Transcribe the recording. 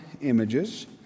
images